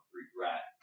regret